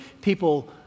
people